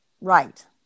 right